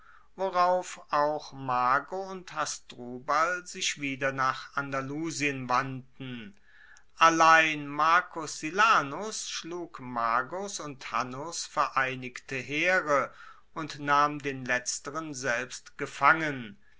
worauf auch mago und hasdrubal sich wieder nach andalusien wandten allein marcus silanus schlug magos und hannos vereinigte heere und nahm den letzteren selbst gefangen